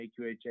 AQHA